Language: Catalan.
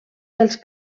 dels